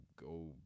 go